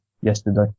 yesterday